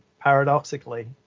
paradoxically